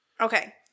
okay